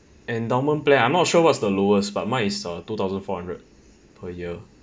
endowment plan I'm not sure what's the lowest but mine is two thousand four hundred per year